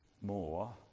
more